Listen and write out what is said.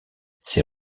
ses